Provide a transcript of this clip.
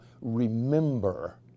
remember